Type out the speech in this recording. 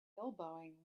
elbowing